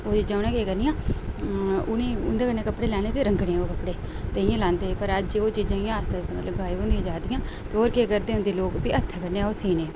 ओह् चीजां उनें केह् करनियां उनें उंदे कन्नै कपड़े लैनें ते रंगने ओह् कपड़े ते इ'यां लैंदे हे ते अजकल्ल अज ओह् चीजां मतलव आस्ता आस्ता गायब होंदियां जा दियां ते होर केह् करदे हे ओह् लोक फ्ही हत्थे कन्नै ओह् सीने